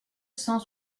cent